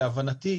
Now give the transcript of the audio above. להבנתי,